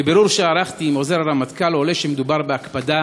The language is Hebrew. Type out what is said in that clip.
מבירור שערכתי עם עוזר הרמטכ"ל עולה שמדובר בהקפדה